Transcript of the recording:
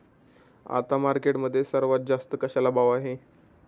आता मार्केटमध्ये सर्वात जास्त कशाला भाव आहे?